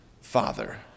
Father